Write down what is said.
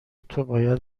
توباید